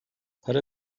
para